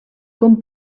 com